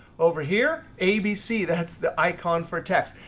over here abc, that's the icon for text.